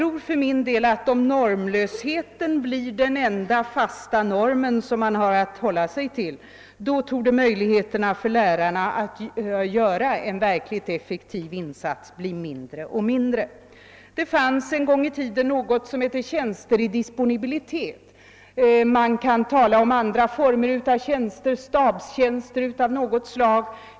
Om normlösheten blir den enda fasta norm man har att hålla sig till, så tror jag att möjligheterna för lärarna att göra en verkligt effektiv insats blir mindre och mindre. Det fanns en gång i tiden någonting som kallades för tjänster i disponibilitet. Man kan också tänka sig andra former av tjänster, t.ex. stabstjänster av något slag.